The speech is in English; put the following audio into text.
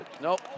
Nope